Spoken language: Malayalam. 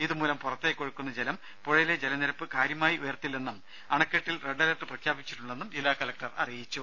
ഇതുമൂലം പുറത്തേക്ക് ഒഴുക്കുന്ന ജലം പുഴയിലെ ജലനിരപ്പ് കാര്യമായി ഉയർത്തില്ലെന്നും അണക്കെട്ടിൽ റെഡ് അലർട്ട് പ്രഖ്യാപിച്ചിട്ടുണ്ടെന്നും ജില്ലാ കലക്ടർ അറിയിച്ചു